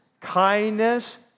kindness